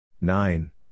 Nine